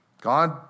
God